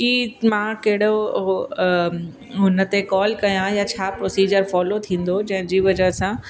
की मां कहिड़ो हुन ते कॉल कयां या छा प्रोसीजर फॉलो थींदो जंहिंजी वजह सां